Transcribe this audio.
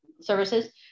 Services